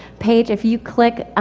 page, if you click,